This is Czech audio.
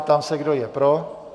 Ptám se, kdo je pro.